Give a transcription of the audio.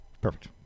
perfect